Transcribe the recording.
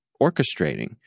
orchestrating